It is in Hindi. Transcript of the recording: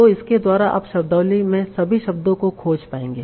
तो इसके द्वारा आप शब्दावली में सभी शब्दों को खोज पाएंगे